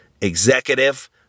executive